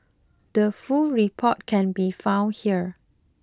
the full report can be found here